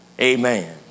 Amen